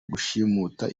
gushimuta